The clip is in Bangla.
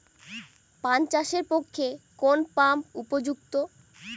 পান চাষের পক্ষে কোন পাম্প উপযুক্ত?